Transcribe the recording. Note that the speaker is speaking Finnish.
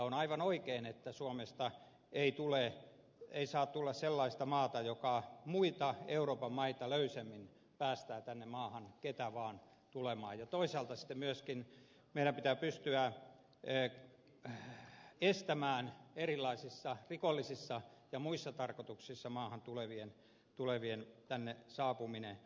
on aivan oikein että suomesta ei saa tulla sellaista maata joka muita euroopan maita löysemmin päästää tänne maahan ketä vaan tulemaan ja toisaalta sitten myöskin meidän pitää pystyä estämään erilaisissa rikollisissa ja muissa tarkoituksissa maahan tulevien tänne saapuminen